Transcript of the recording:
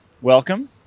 welcome